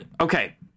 Okay